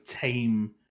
tame